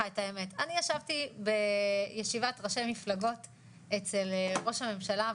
אני ישבתי בישיבת ראשי מפלגות אצל ראש הממשלה,